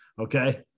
Okay